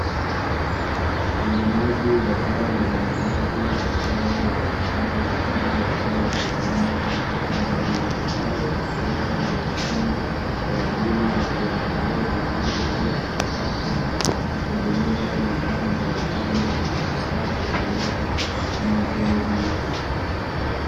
Ulimaji wa zao la mananasi ambayo yamestawi vizuri yakiwa shambani, mananasi hayo hupelekwa viwandani kwa ajili ya kuandaliwa vizuri au kuchakatwa kutengeneza bidhaa mbalimbali zinazofaa kutumika kama vile juisi.